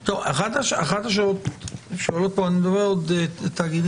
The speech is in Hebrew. המסגרת הנורמטיבית שמדובר בהוראת שעה שעודכנה